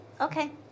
Okay